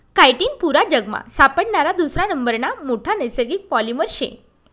chitin पुरा जगमा सापडणारा दुसरा नंबरना मोठा नैसर्गिक पॉलिमर शे